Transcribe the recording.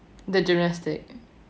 the gymnastic